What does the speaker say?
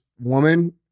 woman